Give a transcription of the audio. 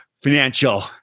financial